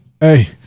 Hey